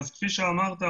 כפי שאמרת,